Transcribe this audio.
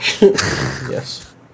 Yes